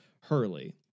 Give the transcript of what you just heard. Hurley